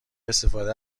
استفاده